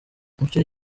mucyo